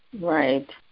Right